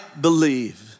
believe